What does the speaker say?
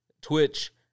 Twitch